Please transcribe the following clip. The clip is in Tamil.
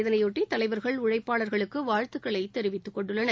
இதனையொட்டி தலைவர்கள் உழைப்பாளர்களுக்கு வாழ்த்துக்களைத் தெரிவித்துக் கொண்டுள்ளனர்